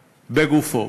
בגופו.